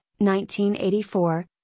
1984